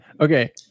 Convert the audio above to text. okay